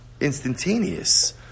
instantaneous